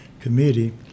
committee